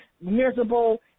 miserable